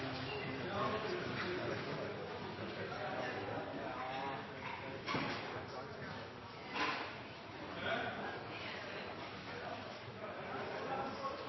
skyldes at jeg